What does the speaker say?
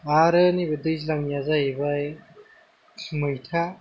आरो नैबे दैज्लांनिया जाहैबाय मैथा